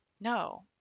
No